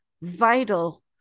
vital